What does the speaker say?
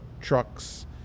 trucks